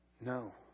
No